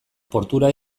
portura